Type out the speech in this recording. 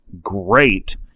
great